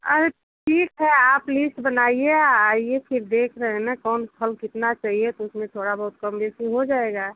अरे ठीक है आप लिस्ट बनाइए आइए फिर देख रहे हैं ना कौन फल कितना चाहिए तो उसमें थोड़ा बहुत कमी बेशी हो जाएगा